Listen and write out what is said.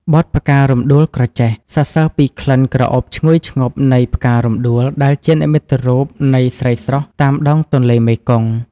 បទ «ផ្ការំដួលក្រចេះ» សរសើរពីក្លិនក្រអូបឈ្ងុយឈ្ងប់នៃផ្ការំដួលដែលជានិមិត្តរូបនៃស្រីស្រស់តាមដងទន្លេមេគង្គ។